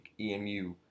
EMU